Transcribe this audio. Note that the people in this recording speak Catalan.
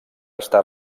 estar